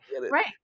Right